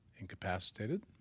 incapacitated